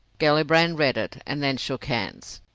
gellibrand read it, and then shook hands.